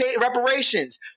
reparations